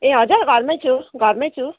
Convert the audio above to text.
ए हजुर घरमै छु घरमै छु